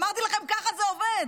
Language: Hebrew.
אמרתי לכם, ככה זה עובד.